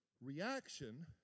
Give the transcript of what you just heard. reaction